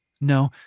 No